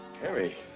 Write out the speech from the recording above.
Harry